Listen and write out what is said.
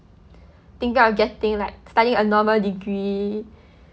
thinking of getting like studying a normal degree